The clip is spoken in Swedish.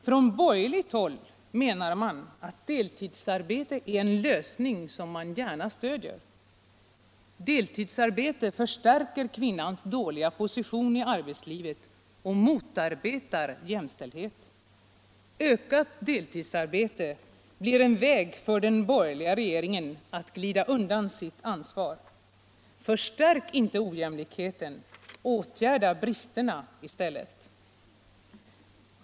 Från borgerligt hål! säger man att deltidsarbete är en lösning som man gärna stöder. Deltidsarbete förstärker kvinnans dåliga position i arbetslivet och motverkar jämställdheten. Ökat deltidsarbete blir en väg för den borgerliga regeringen att glida undan sitt ansvar. Förstärk inte ojämlikheten! Åtgärda bristerna i stället!